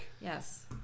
Yes